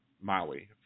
Maui